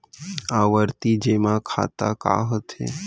आवर्ती जेमा खाता का होथे?